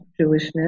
Jewishness